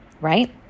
right